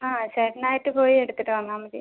ആ ചേട്ടൻ ആയിട്ട് കുഴി എടുത്തിട്ട് തന്നാൽ മതി